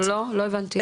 לא הבנתי.